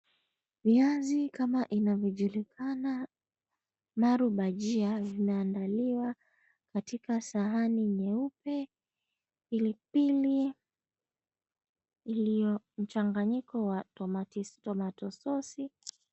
Viazi kama inavyojulikana maru bajia vimeandaliwa katika sahani nyeupe, pipipili iliyo mchanganyiko wa tomato sause